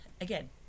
again